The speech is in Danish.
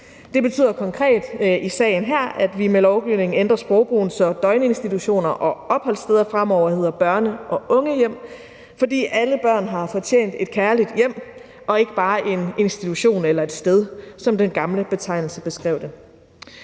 Det betyder konkret i sagen her, at vi med lovgivningen ændrer sprogbrugen, så døgninstitutioner og opholdssteder fremover hedder børne- og ungehjem, fordi alle børn har fortjent et kærligt hjem og ikke bare en institution eller et sted, som den gamle betegnelse beskrev det.